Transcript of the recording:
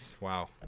Wow